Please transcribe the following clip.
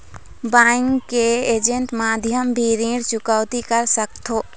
Bank के ऐजेंट माध्यम भी ऋण चुकौती कर सकथों?